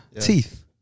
Teeth